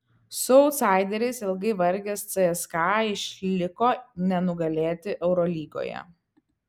su autsaideriais ilgai vargę cska išliko nenugalėti eurolygoje